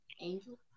Angel